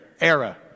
era